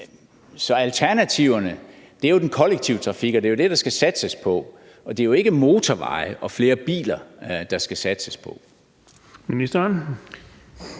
Så alternativerne er den kollektive trafik, og det er jo det, der skal satses på. Det er jo ikke motorveje og flere biler, der skal satses på.